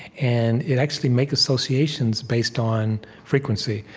and it actually makes associations based on frequency.